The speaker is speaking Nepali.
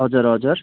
हजुर हजुर